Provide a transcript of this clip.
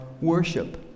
worship